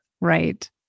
Right